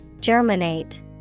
Germinate